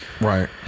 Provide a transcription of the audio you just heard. right